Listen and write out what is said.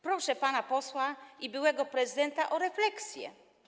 Proszę pana posła i byłego prezydenta o refleksję.